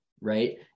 right